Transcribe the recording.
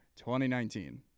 2019